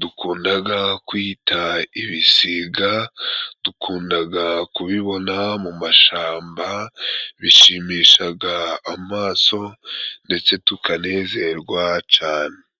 dukundaga kwita ibisiga, dukundaga kubibona mu mashamba, bishimishaga amaso ndetse tukanezerwa cane.